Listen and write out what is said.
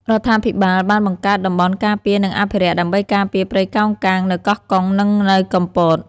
រដ្ឋាភិបាលបានបង្កើតតំបន់ការពារនិងអភិរក្សដើម្បីការពារព្រៃកោងកាងនៅកោះកុងនិងនៅកំពត។